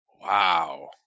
Wow